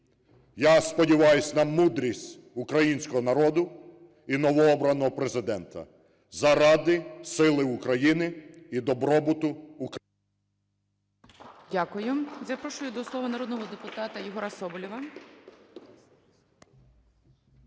я сподіваюся на мудрість українського народу і новообраного Президента заради сили України і добробуту…